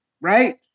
right